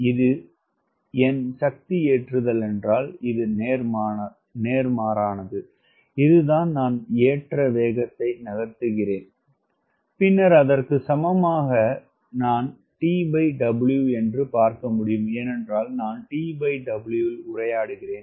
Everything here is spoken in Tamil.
இது என் சக்தி ஏற்றுதல் என்றால் இது நேர்மாறானது இதுதான் நான் எந்த வேகத்தை நகர்த்துகிறேன் பின்னர் அதற்கு சமமாக நான் TW என்று பார்க்க முடியும் ஏனென்றால் நான் TW இல் உரையாடுகிறேன்